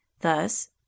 Thus